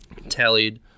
Tallied